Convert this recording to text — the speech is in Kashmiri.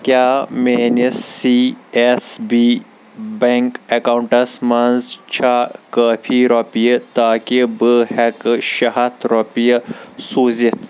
کیٛاہ میٛٲنِس سی ایٚس بی بیٚنٛک اکاونٹَس منٛز چھا کٲفی رۄپیہِ تاکہِ بہٕ ہیٚکہٕ شےٚ ہَتھ رۄپیہِ سوٗزِتھ